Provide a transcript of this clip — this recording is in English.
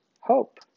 hope